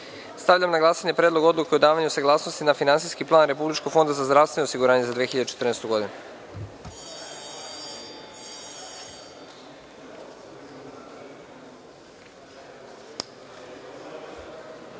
godinu. Stavljam na glasanje Predlog odluke o davanju saglasnosti na Finansijski plan Republičkog fonda za zdravstveno osiguranje za 2014. godinu. Molim